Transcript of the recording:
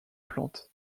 plantes